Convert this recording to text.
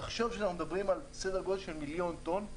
מדובר על סדר גדול של מיליון טון,